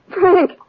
Frank